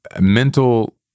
mental—